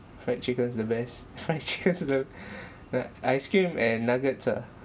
fried chicken's the best fried chicken's the like ice cream and nuggets ah